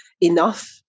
enough